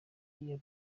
iyo